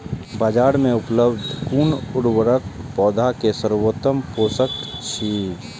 बाजार में उपलब्ध कुन उर्वरक पौधा के सर्वोत्तम पोषक अछि?